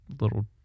little